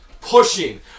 PUSHING